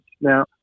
Now